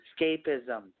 escapism